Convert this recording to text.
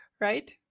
right